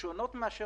למה מחטף?